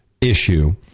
Issue